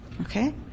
Okay